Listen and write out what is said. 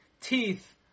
teeth